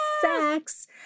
sex